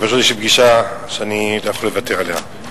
פשוט יש לי פגישה שאני לא יכול לוותר עליה.